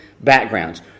backgrounds